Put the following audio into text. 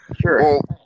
Sure